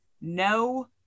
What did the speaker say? no